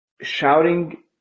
shouting